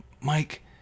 Mike